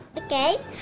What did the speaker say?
Okay